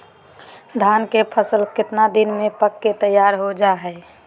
धान के फसल कितना दिन में पक के तैयार हो जा हाय?